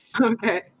Okay